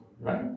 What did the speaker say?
right